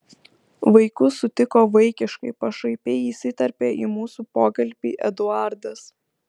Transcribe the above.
vaikus sutiko vaikiškai pašaipiai įsiterpė į mūsų pokalbį eduardas